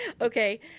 Okay